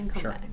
Sure